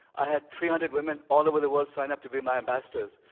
i had three hundred women all over the world sign up to be my ambassadors.